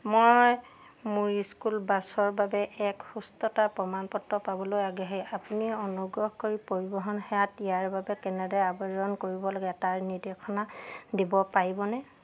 মই মোৰ স্কুল বাছৰ বাবে এক সুস্থতাৰ প্ৰমাণ পত্ৰ পাবলৈ আগ্ৰহী আপুনি অনুগ্ৰহ কৰি পৰিবহণ সেৱাত ইয়াৰ বাবে কেনেদৰে আবেদন কৰিব লাগে তাৰ নিৰ্দেশনা দিব পাৰিবনে